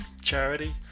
charity